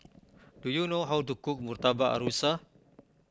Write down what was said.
do you know how to cook Murtabak Rusa